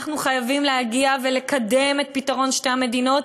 אנחנו חייבים להגיע ולקדם את פתרון שתי המדינות,